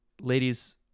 ladies